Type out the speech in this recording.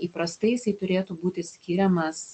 įprastai jisai turėtų būti skiriamas